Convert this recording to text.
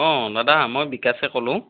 অ' দাদা মই বিকাশে ক'লোঁ